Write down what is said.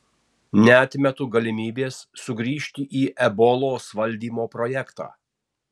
neatmetu galimybės sugrįžti ir į ebolos valdymo projektą